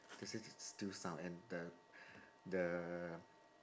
they say s~ s~ still sound and the the